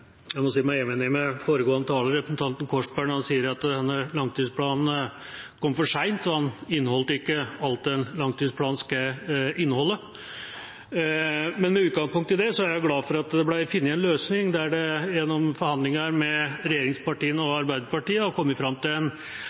representanten Korsberg, når han sier at denne langtidsplanen kom for sent og den inneholdt ikke alt det en langtidsplan skal inneholde. Men med utgangspunkt i det, er jeg glad for at det ble funnet en løsning der en gjennom forhandlinger mellom regjeringspartiene og Arbeiderpartiet har kommet fram til